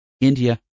India